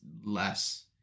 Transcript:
less